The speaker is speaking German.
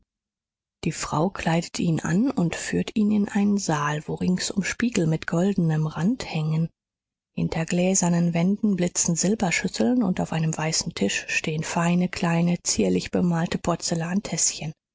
die frau kleidet ihn an und führt ihn in einen saal wo ringsum spiegel mit goldenem rande hängen hinter gläsernen wänden blitzen silberschüsseln und auf einem weißen tisch stehen feine kleine zierlich bemalte